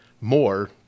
more